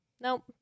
nope